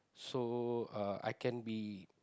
so uh I can be